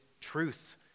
truth